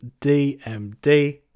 DMD